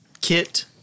kit